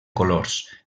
colors